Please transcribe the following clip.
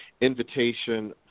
invitation